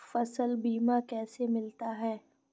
फसल बीमा कैसे मिलता है?